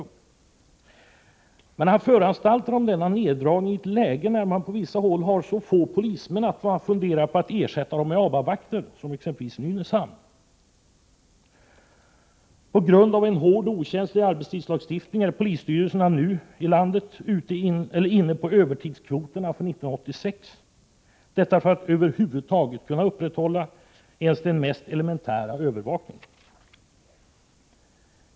Men justitieministern föranstaltar om denna neddragning i ett läge, där man på vissa håll har så få polismän att man funderar på att ersätta dem med ABAB-vakter, som i Nynäshamn, för att nämna ett exempel. På grund av en hård och okänslig arbetstidslagstiftning är polisstyrelserna i landet inne på övertidskvoterna för 1986 — detta för att över huvud taget kunna upprätthålla åtminstone den mest elementära övervakningen.